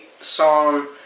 song